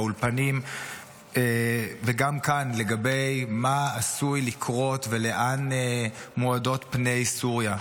באולפנים וגם כאן לגבי מה עשוי לקרות ולאן מועדות פני סוריה.